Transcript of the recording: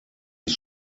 ist